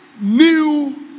new